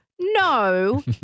no